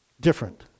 Different